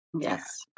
Yes